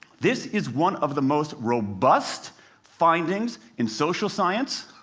this is one of the most robust findings in social science,